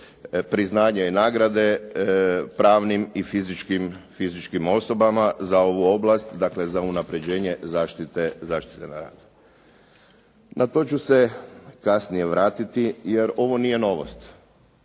priznanja i nagrade pravnim i fizičkim osobama za ovu oblast, dakle za unapređenje zaštite na radu. Na to ću se kasnije vratiti jer ovo nije novost.